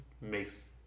makes